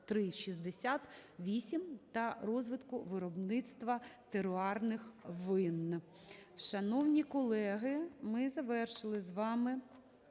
та розвитку виробництва теруарних вин.